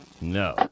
No